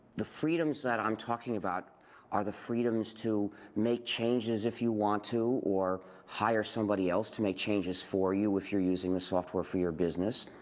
the freedoms that i am talking about are the freedoms to make changes if you want to, or hire somebody else to make changes for you if you're using a software for your business,